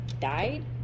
died